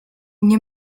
nie